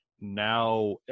Now